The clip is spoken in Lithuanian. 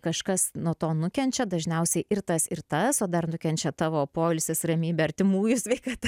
kažkas nuo to nukenčia dažniausiai ir tas ir tas o dar nukenčia tavo poilsis ramybė artimųjų sveikata